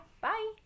bye